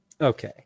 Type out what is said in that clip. Okay